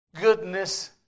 Goodness